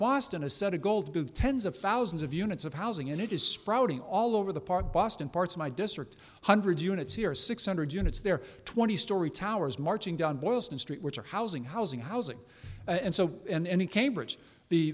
boston has set a goal to tens of thousands of units of housing and it is sprouting all over the park boston parts my district one hundred units here six hundred units there twenty story towers marching down boylston street which are housing housing housing and so in any cambridge the